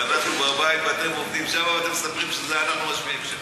אנחנו בבית ואתם עובדים שמה ואתם מספרים שזה אנחנו משפיעים שם.